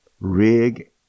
rig